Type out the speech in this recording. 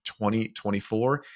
2024